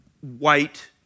white